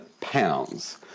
pounds